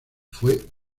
fue